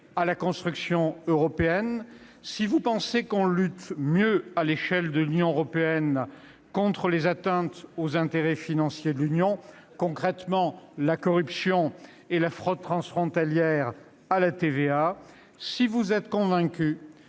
à la construction européenne, si vous pensez qu'on lutte mieux à l'échelle de l'Union européenne contre les atteintes aux intérêts financiers de l'Union, c'est-à-dire, concrètement, contre la corruption et la fraude transfrontalière à la TVA, si vous êtes convaincu